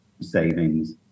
savings